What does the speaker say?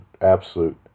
Absolute